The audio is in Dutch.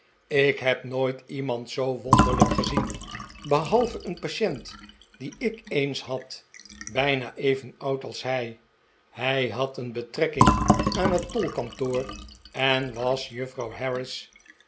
ik heb nooit iemand zoo wonderlijk gezien behalve een patient dien ik eens had bijna even oud als hij hij had een betrekking aan het tolkantoor het was juffrouw